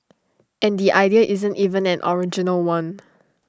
and the idea isn't even an original one